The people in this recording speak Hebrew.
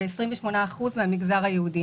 ו-28% במגזר היהודי.